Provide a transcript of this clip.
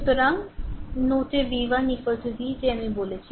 সুতরাং নোট এ v1 v যে আমি বলেছি